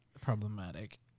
problematic